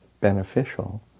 beneficial